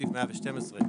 בסעיף 112,